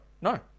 no